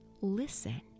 listen